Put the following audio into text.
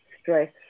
stress